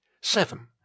seven